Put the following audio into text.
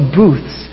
booths